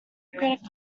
credit